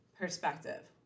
perspective